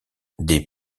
des